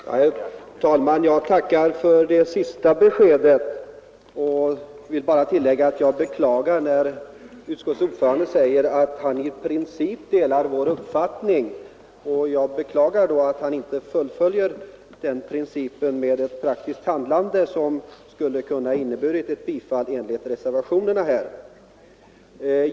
Herr talman! Jag tackar för det senaste beskedet. När utskottets ordförande säger att han i princip delar vår mening beklagar jag att han inte följer upp den principuppfattningen med ett praktiskt handlande, som skulle kunnat innebära ett bifall till skrivningen i reservationerna.